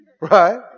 Right